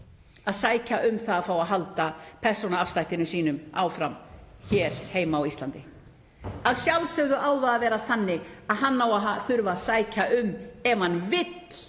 að sækja um að fá að halda persónuafslættinum sínum áfram hér heima á Íslandi. Að sjálfsögðu á það að vera þannig að hann á að þurfa að sækja um ef hann vill